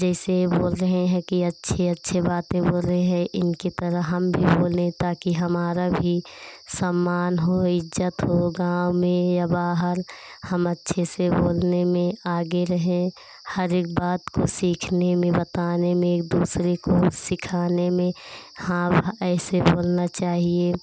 जैसे ये बोल रहे हैं कि अच्छे अच्छे बातें बोल रहे हैं इनकी तरह हम भी बोलें ताकी हमारा भी सम्मान हो इज्ज़त हो गाँव में या बाहर हम अच्छे से बोलने में आगे रहें हर एक बात को सीखने में बताने में एक दूसरे को सिखाने में हाँ ऐसे बोलना चाहिए